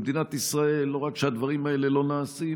במדינת ישראל לא רק שהדברים האלה לא נעשים,